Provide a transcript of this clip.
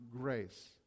grace